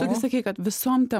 tu gi sakei kad visom temom